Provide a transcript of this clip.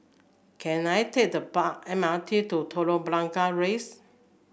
can I take the bar M R T to Telok Blangah Rise